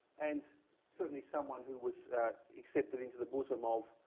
and certainly someone who was accepted into the bosom of